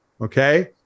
Okay